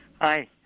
Hi